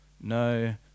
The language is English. No